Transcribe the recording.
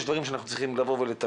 יש דברים שאנחנו צריכים לתקן.